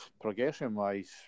progression-wise